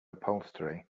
upholstery